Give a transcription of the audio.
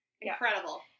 Incredible